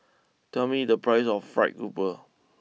tell me the price of Fried grouper